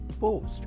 post